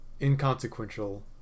inconsequential